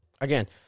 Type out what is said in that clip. Again